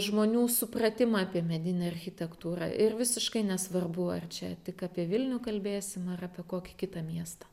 žmonių supratimą apie medinę architektūrą ir visiškai nesvarbu ar čia tik apie vilnių kalbėsim apie kokį kitą miestą